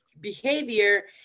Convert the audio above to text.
behavior